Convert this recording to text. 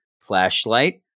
flashlight